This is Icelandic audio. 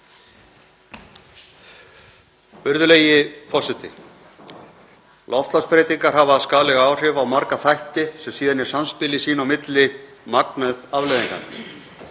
Virðulegi forseti. Loftslagsbreytingar hafa skaðleg áhrif á marga þætti sem síðan í samspili sín á milli magna upp afleiðingarnar;